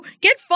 get